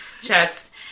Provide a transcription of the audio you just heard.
Chest